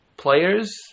Players